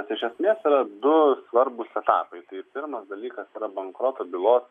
iš esmės yra du svarbūs etapai tai pirmas dalykas yra bankroto bylos